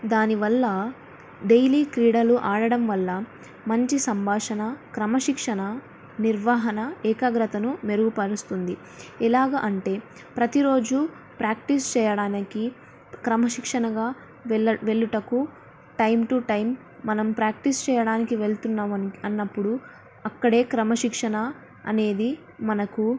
దానివల్ల డైలీ క్రీడలు ఆడడం వల్ల మంచి సంభాషణ క్రమశిక్షణ నిర్వహణ ఏకాగ్రతను మెరుగుపరుస్తుంది ఎలాగా అంటే ప్రతిరోజు ప్రాక్టీస్ చేయడానికి క్రమశిక్షణగా వెళ్ళ వెళ్ళుటకు టైం టు టైం మనం ప్రాక్టీస్ చేయడానికి వెళుతున్నాము అన్నప్పుడు అక్కడే క్రమశిక్షణ అనేది మనకు